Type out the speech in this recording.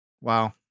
Wow